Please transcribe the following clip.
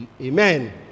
Amen